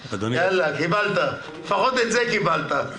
לפחות את זה קיבלת.